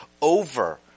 over